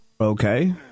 Okay